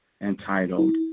entitled